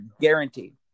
guaranteed